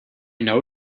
know